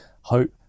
hope